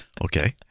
Okay